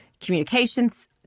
communications